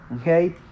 okay